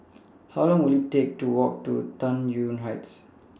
How Long Will IT Take to Walk to Tai Yuan Heights